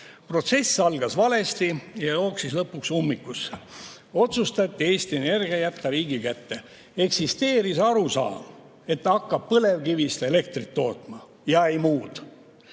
Protsess algas valesti ja jooksis lõpuks ummikusse. Otsustati jätta Eesti Energia riigi kätte. Eksisteeris arusaam, et ta hakkab põlevkivist elektrit tootma, ei muud.